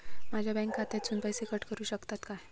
माझ्या बँक खात्यासून पैसे कट करुक शकतात काय?